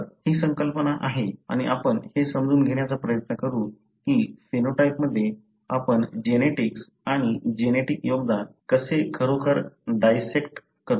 तर ही संकल्पना आहे आणि आपण हे समजून घेण्याचा प्रयत्न करू की फेनोटाइपमध्ये आपण जेनेटिक्स आणि जेनेटिक योगदान कसे खरोखर डायसेक्ट करतो